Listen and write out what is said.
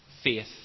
Faith